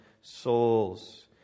souls